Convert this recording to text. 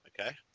Okay